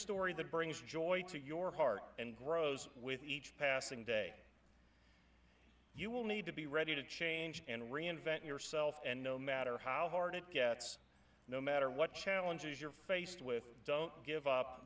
story that brings joy to your heart and grows with each passing day you will need to be ready to change and reinvent yourself and no matter how hard it gets no matter what challenges you're faced with don't give up